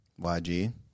YG